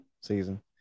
season